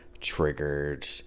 triggered